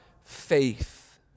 faith